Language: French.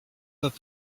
hop